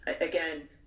Again